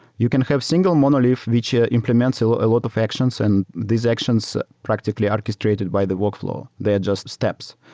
you can have single monolith which ah implements so a lot of actions and these actions practically orchestrated by the workflow. they are just steps.